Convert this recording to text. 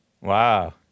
Wow